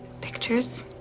Pictures